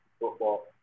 football